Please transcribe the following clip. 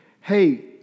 hey